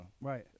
Right